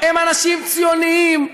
הם אנשים ציוניים,